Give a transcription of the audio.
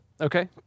Okay